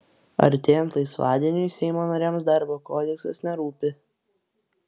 artėjant laisvadieniui seimo nariams darbo kodeksas nerūpi